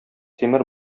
тимер